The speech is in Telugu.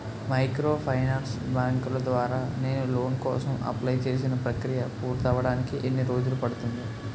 మైక్రోఫైనాన్స్ బ్యాంకుల ద్వారా నేను లోన్ కోసం అప్లయ్ చేసిన ప్రక్రియ పూర్తవడానికి ఎన్ని రోజులు పడుతుంది?